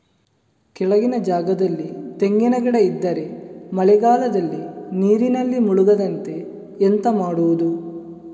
ಕೆಳಗಿನ ಜಾಗದಲ್ಲಿ ತೆಂಗಿನ ಗಿಡ ಇದ್ದರೆ ಮಳೆಗಾಲದಲ್ಲಿ ನೀರಿನಲ್ಲಿ ಮುಳುಗದಂತೆ ಎಂತ ಮಾಡೋದು?